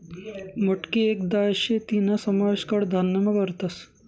मटकी येक दाय शे तीना समावेश कडधान्यमा करतस